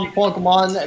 Pokemon